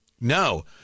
No